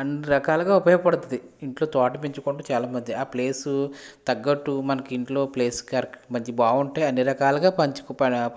అన్ని రకాలుగా ఉపయోగపడుతుంది ఇంట్లో తోట పెంచుకుంటే చాలా మంది ఆ ప్లేసు తగ్గట్టు మనకి ఇంట్లో ప్లేస్ కర్ మంచి బాగుంటే అన్ని రకాలుగా